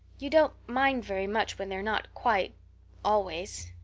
you don't mind very much when they're not quite always.